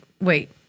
wait